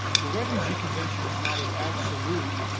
the refugee convention is not as absolute.